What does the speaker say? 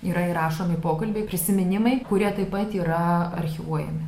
yra įrašomi pokalbiai prisiminimai kurie taip pat yra archyvuojami